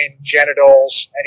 genitals